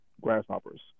grasshoppers